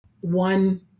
one